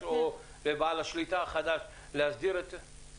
או לבעל השליטה החדש ארכת זמן כדי להסדיר את זה?